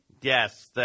Yes